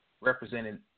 represented